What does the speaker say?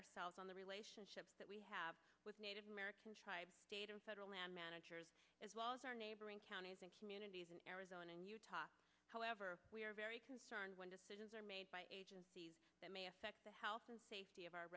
ourselves on the relationship that we have with native american tribes state and federal land managers as well as our neighboring counties and communities in arizona and utah however we are very concerned when decisions are made by agencies that may affect the health and safety of our